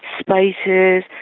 spices,